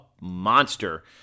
monster